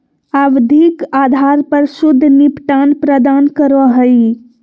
आवधिक आधार पर शुद्ध निपटान प्रदान करो हइ